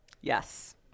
Yes